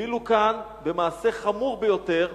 ואילו כאן, במעשה חמור ביותר,